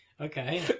Okay